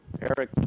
Eric